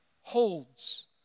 holds